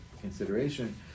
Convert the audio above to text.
consideration